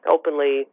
openly